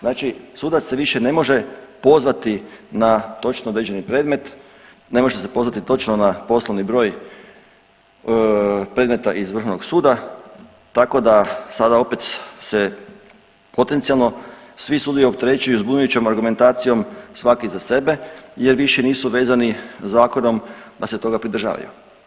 Znači sudac se više ne može pozvati na točno određeni predmet, ne može se pozvati točno na poslovni broj predmeta iz Vrhovnog suda tako da sada opet se potencijalno svi sudovi opterećuju i zbunjujućom argumentacijom svaki za sebe jer više nisu vezani zakonom da se toga pridržavaju.